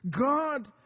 God